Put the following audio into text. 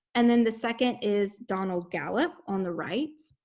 and then the second is donald gallup on the right.